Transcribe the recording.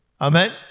Amen